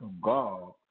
God